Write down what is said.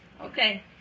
Okay